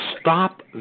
stop